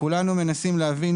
כולנו מנסים להבין,